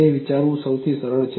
તે વિચારવું સૌથી સરળ છે